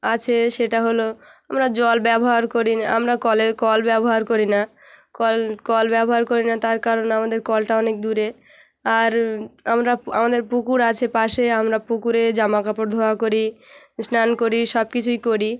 আছে সেটা হলো আমরা জল ব্যবহার করি না আমরা কলে কল ব্যবহার করি না কল কল ব্যবহার করি না তার কারণ আমাদের কলটা অনেক দূরে আর আমরা আমাদের পুকুর আছে পাশে আমরা পুকুরে জামা কাপড় ধোয়া করি স্নান করি সব কিছুই করি